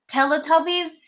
Teletubbies